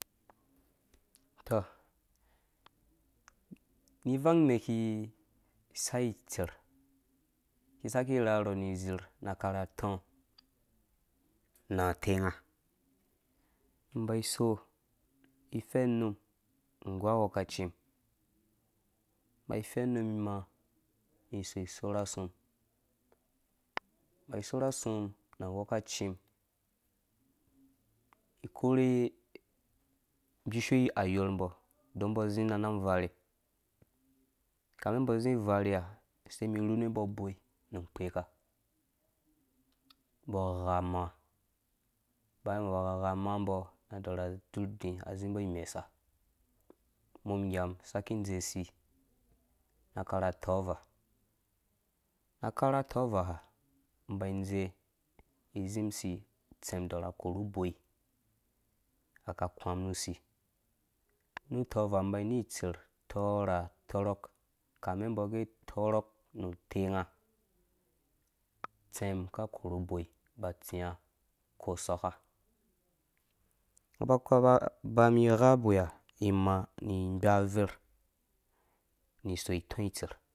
Tɔ ni ivang mɛ ki sai itser mi saki rharɔ ni zir na akarha atina tɛnga miba so fɛnnum imaa ĩ si sorh asu mumba sorh asu mum na wekaci mum ikorhe gbish ayɔr mbɔ mbɔ zi na nang varhe kame mbɔ zi na nang varhe kame mbɔ zĩ varhe he se mi rhunu mbɔ uboi nu kpeka mbɔ gha amaa baya mbɔ ba gha amaa mbɔ mbɔ dorha dzur dii zimbɔ imesa mum igamum saki dze usi na karha tɔvaa na karha tɔvaa ha mum mba dze izim si tsɛm adɔrha korhu uboi aka kũ wã mum nu si nu tɔvaa mba nu tser tɔrha tɔrhɔk tɔrɔk nu tenga tsem ka korhu uboi ba tsinyanga ko sɔka mbɔ ba ku aba mi gha uboiha imaa ni gba over ni so itɔ itser.